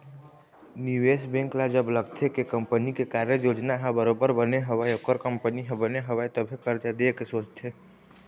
निवेश बेंक ल जब लगथे के कंपनी के कारज योजना ह बरोबर बने हवय ओखर कंपनी ह बने हवय तभे करजा देय के सोचथे